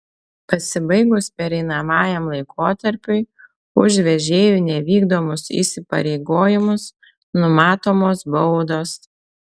pasibaigus pereinamajam laikotarpiui už vežėjų nevykdomus įsipareigojimus numatomos baudos